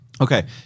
Okay